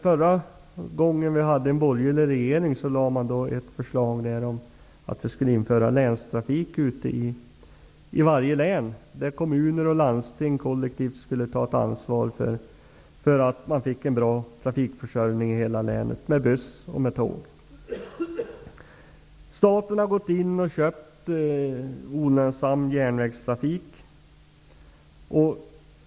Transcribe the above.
Förra gången vi hade en borgerlig regering lade man fram förslag om att vi skulle införa länstrafik ute i varje län, där kommuner och landsting kollektivt skulle ta ansvar för att man fick en bra trafikförsörjning i hela länet, med buss och med tåg. Staten har gått in och köpt olönsam järnvägstrafik.